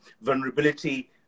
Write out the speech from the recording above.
Vulnerability